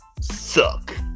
suck